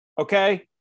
Okay